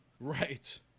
right